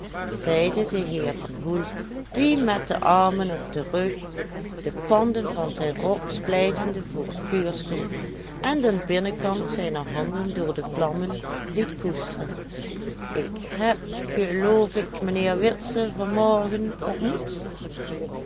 zeide de heer van hoel die met de armen op den rug de panden van zijn rok splijtende voor het vuur stond en den binnenkant zijner handen door de vlammen liet koesteren ik heb geloof ik mijnheer witse van morgen ontmoet